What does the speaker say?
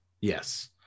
Yes